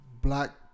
black